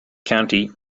county